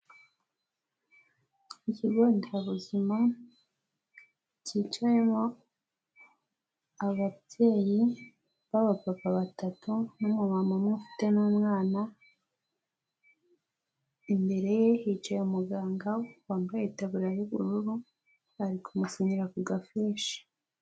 ikigo nderabuzima cyicayemo ababyeyi b'abapapa batatu, n'umumama umwe ufite n'umwana, imbere ye hicaye umuganga wambaye itebura y'ubururu, ari kumusinyira ku gafishi.